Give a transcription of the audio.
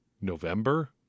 November